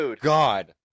God